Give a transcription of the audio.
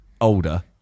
older